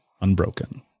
unbroken